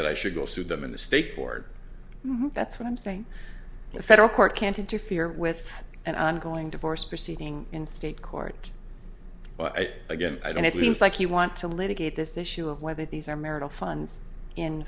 that i should go sue them in the state board that's what i'm saying the federal court can't interfere with an ongoing divorce proceeding in state court but again i don't it seems like you want to litigate this issue of whether these are marital funds in